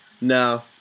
No